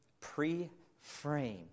pre-frame